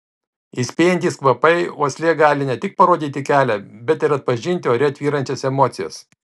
įspėjantys kvapai uoslė gali ne tik parodyti kelią bet ir atpažinti ore tvyrančias emocijas